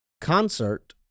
Concert